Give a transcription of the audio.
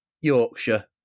Yorkshire